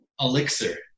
elixir